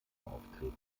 auftreten